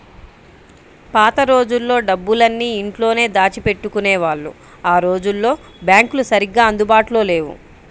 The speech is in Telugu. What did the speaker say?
పాత రోజుల్లో డబ్బులన్నీ ఇంట్లోనే దాచిపెట్టుకునేవాళ్ళు ఆ రోజుల్లో బ్యాంకులు సరిగ్గా అందుబాటులో లేవు